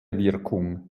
wirkung